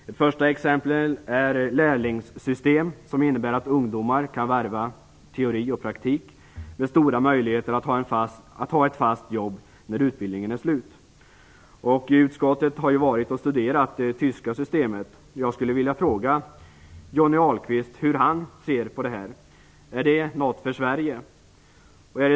Det första exemplet är ett lärlingssystem, som innebär att ungdomar kan varva teori och praktik med stora möjligheter att ha ett fast jobb när utbildningen är slut. Utskottet har studerat det tyska systemet, och jag skulle vilja fråga Johnny Ahlqvist hur han ser på det. Är det något för Sverige?